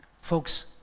folks